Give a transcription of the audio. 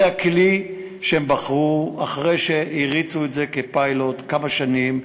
זה הכלי שהם בחרו אחרי שהריצו את זה כפיילוט כמה שנים,